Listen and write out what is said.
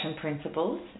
principles